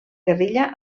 guerrilla